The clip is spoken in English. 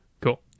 Cool